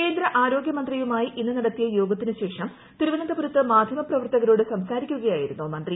കേന്ദ്ര ആരോഗ്യമന്ത്രിയുമായി ഇന്ന് നടത്തിയ യോഗത്തിന് ശേഷം തിരുവനന്തപുരത്ത് മാധ്യമപ്രവർത്തകരോട് സംസാരിക്കുകയായിരുന്നു മന്ത്രി